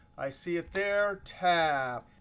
i see it there. tab.